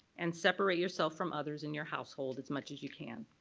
and separate yourself from others in your household as much as you can.